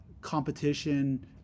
competition